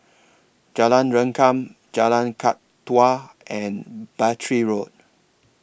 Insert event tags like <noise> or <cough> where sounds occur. Jalan Rengkam Jalan <unintelligible> and Battery Road